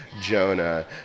Jonah